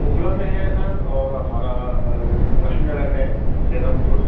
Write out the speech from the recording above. اوکھلا میں ہے سر اور ہمارا لکشمی نگر ہے سیلم پور